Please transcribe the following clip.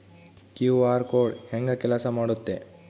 QR code ಹೆಂಗ ಕೆಲಸ ಮಾಡುತ್ತೆ?